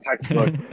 textbook